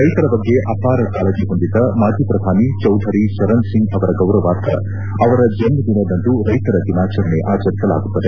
ರೈತರ ಬಗ್ಗೆ ಅಪಾರ ಕಾಳಜಿ ಹೊಂದಿದ್ದ ಮಾಜಿ ಪ್ರಧಾನಿ ಚೌಧರಿ ಚರಣಸಿಂಗ್ ಅವರ ಗೌರವಾರ್ಥ ಅವರ ಜನ್ಮ ದಿನದಂದು ರೈತರ ದಿನಾಚರಣೆ ಆಚರಿಸಲಾಗುತ್ತದೆ